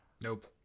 Nope